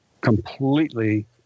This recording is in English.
completely